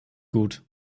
gut